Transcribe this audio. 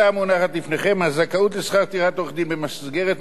הזכאות לשכר טרחת עורך-דין במסגרת מסלול תביעה מקוצר,